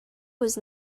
was